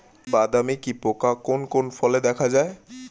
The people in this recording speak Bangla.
বাদামি কি পোকা কোন কোন ফলে দেখা যায়?